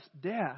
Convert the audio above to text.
death